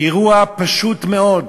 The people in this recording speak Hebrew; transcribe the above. אירוע פשוט מאוד,